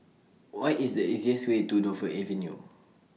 What IS The easiest Way to Dover Avenue